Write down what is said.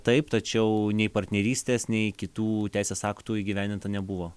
taip tačiau nei partnerystės nei kitų teisės aktų įgyvendinta nebuvo